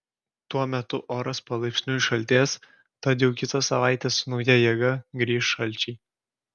tuo metu oras palaipsniui šaltės tad jau kitą savaitę su nauja jėga grįš šalčiai